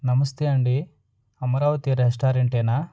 నమస్తే అండి అమరావతి రెస్టారెంట్ ఏనా